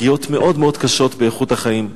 פגיעות מאוד קשות באיכות החיים,